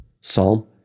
Psalm